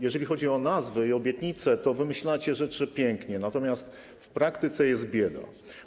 Jeżeli chodzi o nazwy i obietnice, to wymyślacie rzeczy pięknie, natomiast w praktyce jest bieda.